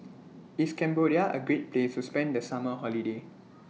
IS Cambodia A Great Place to spend The Summer Holiday